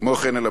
כמו כן,